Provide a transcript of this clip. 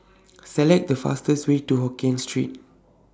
Select The fastest Way to Hokkien Street